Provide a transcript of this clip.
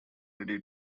ready